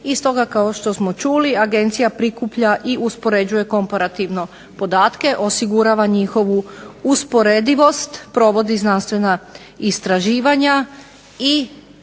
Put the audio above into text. i stoga kao što smo čuli Agencija prikuplja i uspoređuje komparativno podatke, osigurava njihovu usporedivost, provodi znanstvena istraživanja i